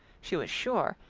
she was sure,